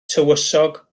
tywysog